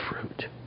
fruit